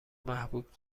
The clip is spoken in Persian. محبوب